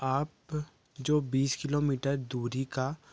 आप जो बीस किलोमीटर दूरी का